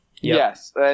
Yes